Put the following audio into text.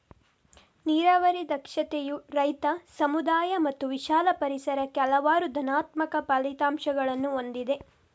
ನೀರಾವರಿ ದಕ್ಷತೆಯು ರೈತ, ಸಮುದಾಯ ಮತ್ತು ವಿಶಾಲ ಪರಿಸರಕ್ಕೆ ಹಲವಾರು ಧನಾತ್ಮಕ ಫಲಿತಾಂಶಗಳನ್ನು ಹೊಂದಿದೆ